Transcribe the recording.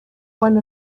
one